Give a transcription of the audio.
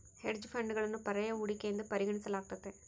hedge ಫಂಡ್ಗಳನ್ನು ಪರ್ಯಾಯ ಹೂಡಿಕೆ ಎಂದು ಪರಿಗಣಿಸಲಾಗ್ತತೆ